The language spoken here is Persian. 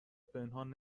پنهان